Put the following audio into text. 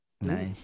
Nice